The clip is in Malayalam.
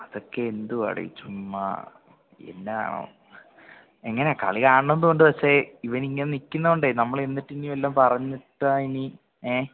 അതൊക്കെ എന്തുവാടെ ചുമ്മാ എന്നതാണോ എങ്ങനെയാണ് കളി കാണണമെന്നും ഉണ്ട് പക്ഷേ ഇവനിങ്ങനെ നിൽക്കുന്നത് കൊണ്ട് നമ്മൾ ചെന്നിട്ട് ഇനി വല്ലതും പറഞ്ഞിട്ട് ആ ഇനി ഏ